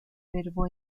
verbo